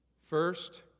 First